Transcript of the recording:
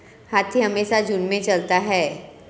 हाथी हमेशा झुंड में चलता है